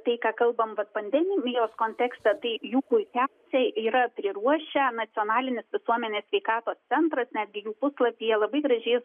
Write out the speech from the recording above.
tai ką kalbam vat pandemijos kontekste tai jų puikiausiai yra priruošę nacionalinis visuomenės sveikatos centras netgi jų puslapyje labai gražiai